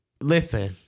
listen